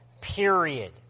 period